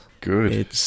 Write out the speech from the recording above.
Good